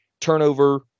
turnover